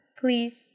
please